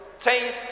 Taste